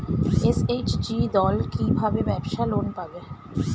SHG দল কী ভাবে ব্যাবসা লোন পাবে?